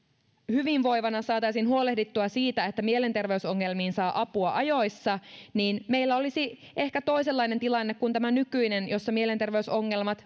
hyvinvoivana ja saataisiin huolehdittua siitä että mielenterveysongelmiin saa apua ajoissa niin meillä olisi ehkä toisenlainen tilanne kuin tämä nykyinen jossa mielenterveysongelmat